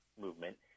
movement